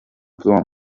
prom